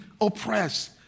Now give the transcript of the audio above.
oppressed